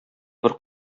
бер